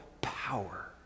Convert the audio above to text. power